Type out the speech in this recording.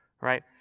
Right